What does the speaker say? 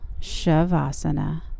Shavasana